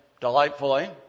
delightfully